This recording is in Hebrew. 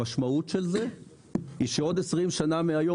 המשמעות של זה היא שעוד 20 שנים מהיום